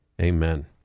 Amen